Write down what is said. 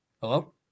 hello